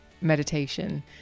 meditation